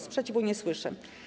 Sprzeciwu nie słyszę.